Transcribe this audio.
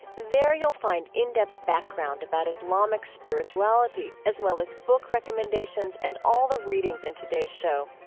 there you'll find in-depth background about islamic spirituality, as well as book recommendations and all the readings in today's show.